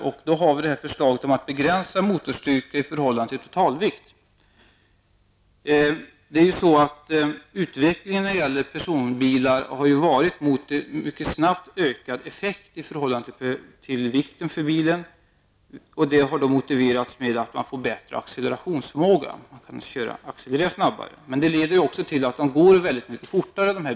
Vi har lämnat ett förslag om att begränsa motorstyrka i förhållande till totalvikt. Utvecklingen när det gäller personbilar har mycket snabbt gått mot en ökad effekt i förhållande till bilens vikt. Detta har motiverats med att man får bättre accelerationsförmåga, dvs. att det går att accelerera snabbare. Men det leder också till att bilarna går att köra mycket fortare.